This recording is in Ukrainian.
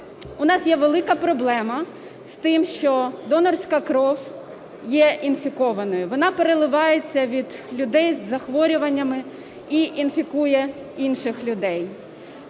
У нас є велика проблема з тим, що донорська кров є інфікованою, вона переливається від людей із захворюваннями і інфікує інших людей.